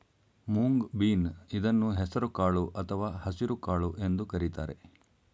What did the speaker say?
moong bean ಇದನ್ನು ಹೆಸರು ಕಾಳು ಅಥವಾ ಹಸಿರುಕಾಳು ಎಂದು ಕರಿತಾರೆ